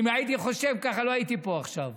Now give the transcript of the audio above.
אם הייתי חושב ככה לא הייתי פה עכשיו.